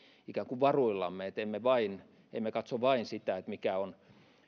ikään kuin varuillamme että emme katso vain sitä mikä on